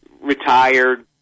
retired